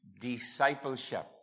discipleship